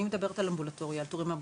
אני מדברת על התורים האמבולטוריים,